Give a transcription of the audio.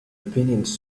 opinions